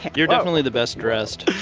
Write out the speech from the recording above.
you're definitely the best dressed,